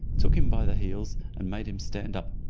took him by the heels, and made him stand up,